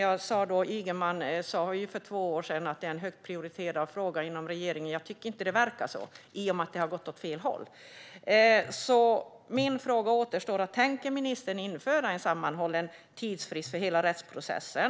Anders Ygeman sa för två år sedan att detta är en högt prioriterad fråga inom regeringen, men jag tycker inte att det verkar så, i och med att det har gått åt fel håll. Min fråga kvarstår: Tänker ministern införa en sammanhållen tidsfrist för hela rättsprocessen?